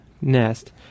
nest